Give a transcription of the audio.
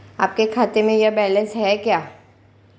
आपके खाते में यह बैलेंस है क्या?